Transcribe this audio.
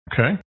Okay